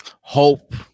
hope